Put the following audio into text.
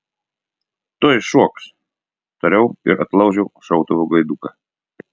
tuoj šoks tariau ir atlaužiau šautuvo gaiduką